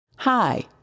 Hi